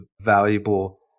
valuable